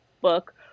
book